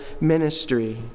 ministry